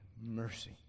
mercy